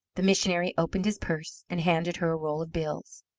the missionary opened his purse, and handed her a roll of bills.